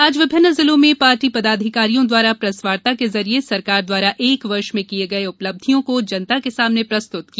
आज विभिन्न जिलों में पार्टी पदाधिकारियों द्वारा प्रेसवार्ता के जरिए सरकार द्वारा एक वर्ष में किये गये उपलब्धियों को जनता के सामने प्रस्तुत किया